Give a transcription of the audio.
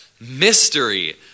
mystery